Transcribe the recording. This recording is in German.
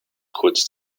kurz